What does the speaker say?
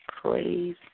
praise